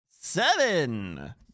Seven